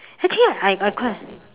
actually right I I quite